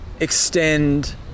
extend